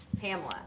Pamela